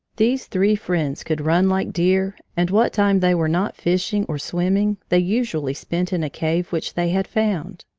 these three friends could run like deer, and what time they were not fishing or swimming they usually spent in a cave which they had found.